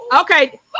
Okay